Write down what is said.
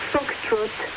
Foxtrot